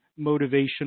motivation